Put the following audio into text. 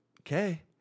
Okay